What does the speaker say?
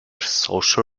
social